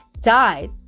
died